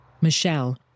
Michelle